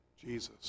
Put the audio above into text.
Jesus